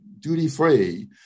duty-free